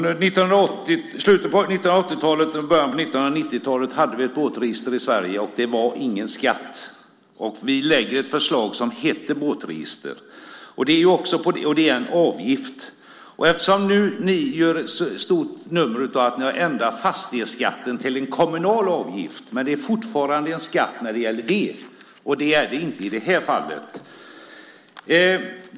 Fru talman! Under slutet av 1980-talet och i början av 1990-talet hade vi ett båtregister i Sverige. Det var ingen skatt. Vi lägger fram ett förslag som heter båtregister. Det är en avgift. Ni gör så stort nummer av att ni ändrar fastighetsskatten till en kommunal avgift. Men det är fortfarande en skatt. Det är det inte i det här fallet.